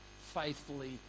faithfully